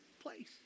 place